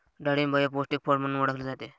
डाळिंब हे पौष्टिक फळ म्हणून ओळखले जाते